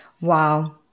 Wow